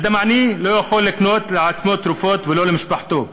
אדם עני לא יכול לקנות לעצמו תרופות ולא למשפחתו.